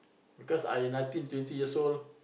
because I nineteen twenty years old